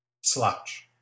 slouch